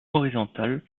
horizontale